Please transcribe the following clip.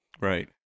Right